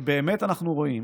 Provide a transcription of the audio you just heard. ובאמת אנחנו רואים